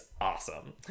awesome